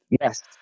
Yes